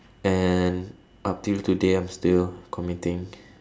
and up till today I'm still committing